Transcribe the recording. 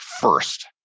first